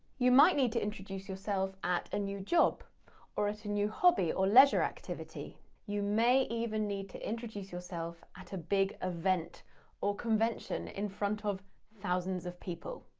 you might need to introduce yourself at a new job or at a new hobby or leisure activity you may even need to introduce yourself at a big event or convention in front of thousands of people.